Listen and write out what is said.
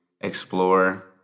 explore